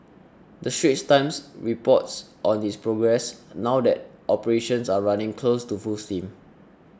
the Straits Times reports on its progress now that operations are running close to full steam